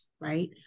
Right